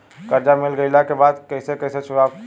कर्जा मिल गईला के बाद कैसे कैसे चुकावे के पड़ी?